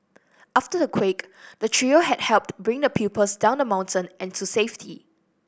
after the quake the trio had helped bring the pupils down the mountain and to safety